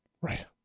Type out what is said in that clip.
Right